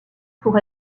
pour